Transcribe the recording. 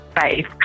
faith